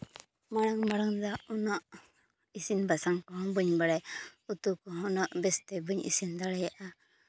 ᱢᱟᱲᱟᱝ ᱢᱟᱲᱟᱝ ᱫᱚ ᱩᱱᱟᱹᱜ ᱤᱥᱤᱱ ᱵᱟᱥᱟᱝ ᱠᱚᱦᱚᱸ ᱵᱟᱹᱧ ᱵᱟᱲᱟᱭ ᱩᱛᱩ ᱠᱚᱦᱚᱸ ᱩᱱᱟᱹᱜ ᱵᱮᱥᱛᱮ ᱵᱟᱹᱧ ᱤᱥᱤᱱ ᱫᱟᱲᱮᱭᱟᱜᱼᱟ